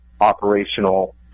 operational